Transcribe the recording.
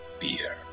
beer